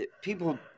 people